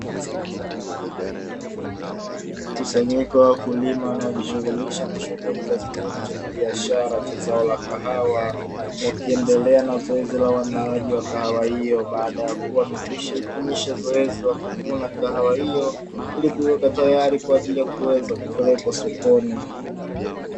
Kusanyiko la wakulima wanao jishughulisha na shughuli za kilimo cha kibiashara cha zao la kahawa, wakiendelea na zoezi la uandaaji wa kahawa hiyo baada ya mvua kuwa imekwisha na hitimisha zoezi la kuvuna kahawa hiyo, ili kuiweka tayari kwa ajili ya kuweza kupelekwa sokoni.